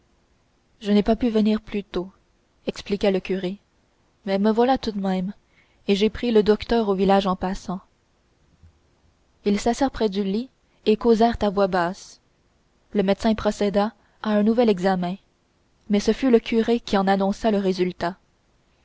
je n'ai pas pu venir plus tôt expliqua le curé mais me voilà tout de même et j'ai pris le docteur au village en passant ils s'assirent près du lit et causèrent à voix basse le médecin procéda à un nouvel examen mais ce fut le curé qui en annonça le résultat